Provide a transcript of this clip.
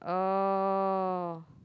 oh